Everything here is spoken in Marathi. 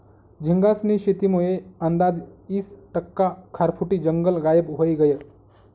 झींगास्नी शेतीमुये आंदाज ईस टक्का खारफुटी जंगल गायब व्हयी गयं